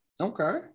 Okay